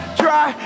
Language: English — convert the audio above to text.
try